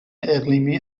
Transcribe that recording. اقلیمی